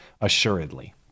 assuredly